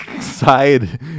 side